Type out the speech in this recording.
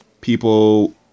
people